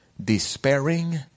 despairing